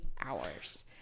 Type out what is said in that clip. hours